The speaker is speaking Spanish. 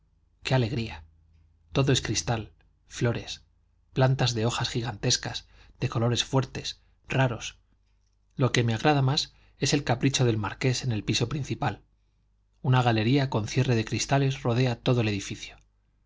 qué alegría todo es cristal flores plantas de hojas gigantescas de colores fuertes raros lo que me agrada más es el capricho del marqués en el piso principal una galería con cierre de cristales rodea todo el edificio he